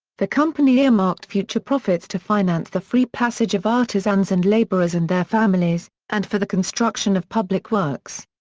the company earmarked future profits to finance the free passage of artisans and labourers and their families, and for the construction of public works.